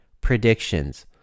predictions